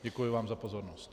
Děkuji vám za pozornost.